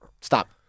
stop